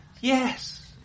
yes